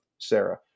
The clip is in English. sarah